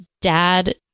dad